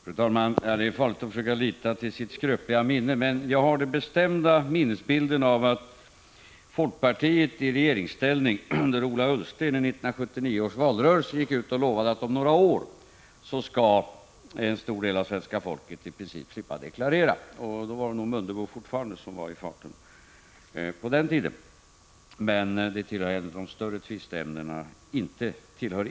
Fru talman! Det är farligt att försöka lita till sitt skröpliga minne. Jag har dock den bestämda minnesbilden att folkpartiet under Ola Ullstens ledning och i regeringsställning under 1979 års valrörelse lovade att en stor del av svenska folket om några år i princip skulle slippa att deklarera. Det var nog Mundebo som var i farten på den tiden. Men det är inte något större tvisteämne i dag.